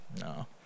no